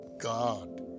God